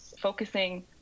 focusing